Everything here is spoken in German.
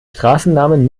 straßennamen